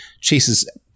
chases